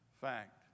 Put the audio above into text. fact